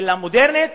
אלא מודרנית,